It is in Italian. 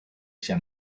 sia